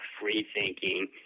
free-thinking